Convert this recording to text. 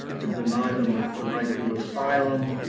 to deny them the right to asylum,